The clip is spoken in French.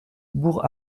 bourg